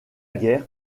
guerre